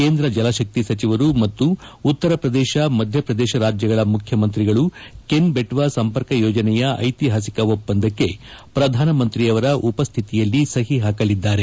ಕೇಂದ್ರ ಜಲಶಕ್ತಿ ಸಚಿವರು ಮತ್ತು ಉತ್ತರ ಪ್ರದೇಶ ಮಧ್ಯಪ್ರದೇಶ ರಾಜ್ಗಳ ಮುಖ್ಯಮಂತ್ರಿಗಳು ಕೆನ್ ಬೆಟ್ನಾ ಸಂಪರ್ಕ ಯೋಜನೆಯ ಐತಿಹಾಸಿಕ ಒಪ್ಪಂದಕ್ಕೆ ಪ್ರಧಾನಮಂತ್ರಿಯವರ ಉಪಸ್ಥಿತಿಯಲ್ಲಿ ಸಹಿ ಹಾಕಲಿದ್ದಾರೆ